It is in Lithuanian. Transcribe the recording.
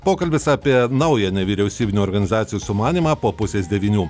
pokalbis apie naują nevyriausybinių organizacijų sumanymą po pusės devynių